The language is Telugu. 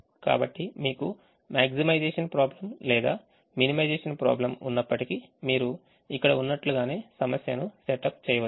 కాబట్టి మీకు maximization problem లేదా minimization problem ఉన్నప్పటికీ మీరు ఇక్కడ ఉన్నట్లుగానే సమస్యను సెటప్ చేయవచ్చు